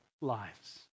lives